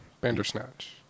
Bandersnatch